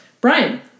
Brian